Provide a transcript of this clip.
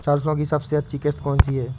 सरसो की सबसे अच्छी किश्त कौन सी है?